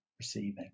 receiving